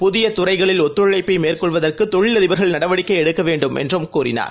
புதியதுறைகளில் ஒத்துழைப்பைமேற்கொள்வதற்குதொழிலதிபர்கள் நடவடிக்கைஎடுக்கவேண்டும் என்றார்